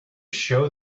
show